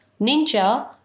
ninja